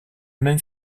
même